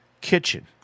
Kitchen